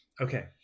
Okay